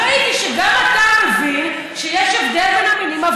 וראיתי שגם אתה מבין שיש הבדל בין המינים,